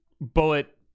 bullet